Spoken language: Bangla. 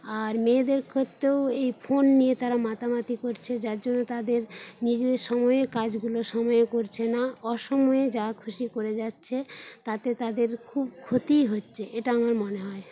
আর মেয়েদের ক্ষেত্রেও এই ফোন নিয়ে তারা মাতামাতি করছে যার জন্য তাদের নিজেদের সময়ের কাজগুলো সময়ে করছে না অসময়ে যা খুশি করে যাচ্ছে তাতে তাদের খুব ক্ষতিই হচ্ছে এটা আমার মনে হয়